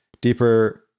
deeper